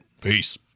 peace